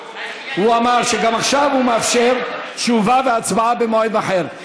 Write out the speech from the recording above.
הוא אמר שגם עכשיו הוא מאפשר תשובה והצבעה במועד אחר.